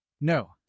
No